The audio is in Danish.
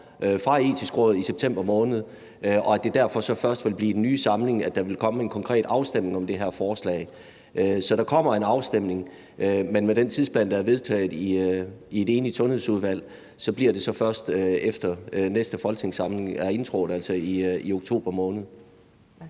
fra Det Etiske Råd i september måned, og at det derfor så først vil blive i den nye samling, at der vil komme en konkret afstemning om det her forslag. Så der kommer en afstemning, men med den tidsplan, der er vedtaget i et enigt Sundhedsudvalg, bliver det først, efter næste folketingssamling er indtrådt, altså i oktober måned.